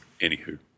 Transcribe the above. Anywho